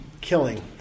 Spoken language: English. killing